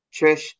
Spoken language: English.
Trish